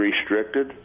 restricted